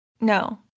no